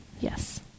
Yes